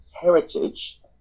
heritage